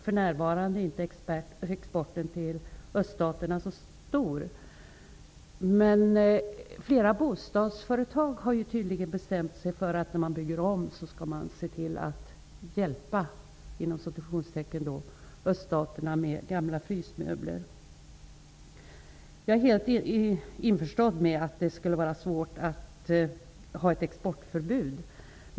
För närvarande är inte exporten till öststaterna så stor, men flera bostadsföretag har tydligen bestämt sig för att ''hjälpa'' öststaterna med gamla frysmöbler när man bygger om. Jag är helt införstådd med att det skulle vara svårt att införa ett exportförbud.